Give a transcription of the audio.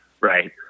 right